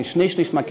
כשני שלישים,